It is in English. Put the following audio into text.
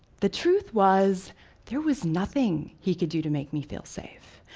the truth was there was nothing he could do to make me feel safe,